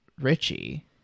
Richie